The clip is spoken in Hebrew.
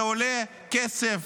זה עולה כסף.